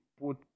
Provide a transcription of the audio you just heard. put